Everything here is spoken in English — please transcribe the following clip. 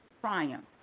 triumph